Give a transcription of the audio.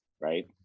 right